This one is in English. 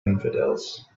infidels